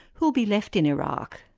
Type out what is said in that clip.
who'll be left in iraq?